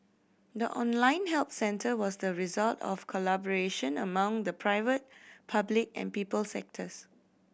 the online help centre was the result of collaboration among the private public and people sectors